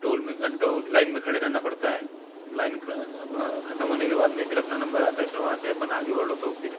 toll में घंटों line में खड़े रहना पड़ता है लाइन ख़त्म होने के बाद में फिर अपना नम्बर आता है फिर वहाँ से अपन आगे बढ़ो तो फिर